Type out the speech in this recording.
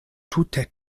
tute